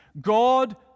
God